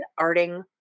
Arting